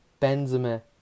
Benzema